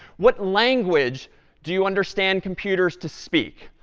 what language do you understand computers to speak?